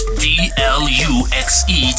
d-l-u-x-e